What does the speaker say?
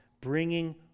bringing